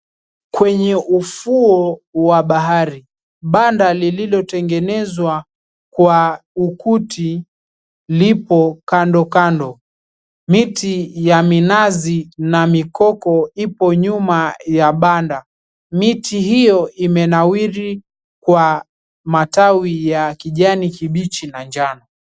Kwenye ufuo wa bahari. Banda lililotengenezwa kwa ukuti lipo kando kando. Miti ya minazi na mikoko ipo nyuma ya banda. Miti hiyo imenawiri kwa matawi ya kijani kibichi na njano.